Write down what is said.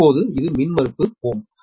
இப்போது இது மின்மறுப்பு ஓம்